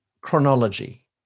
chronology